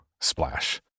splash